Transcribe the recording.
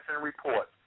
Report